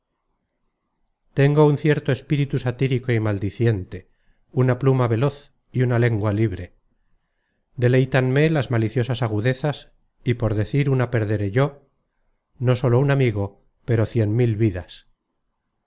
tengo un cierto espíritu satírico y maldiciente una pluma veloz y una lengua libre deleitanme las maliciosas agudezas y por decir una perderé yo no sólo un amigo pero cien mil vidas